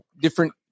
different